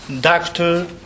doctor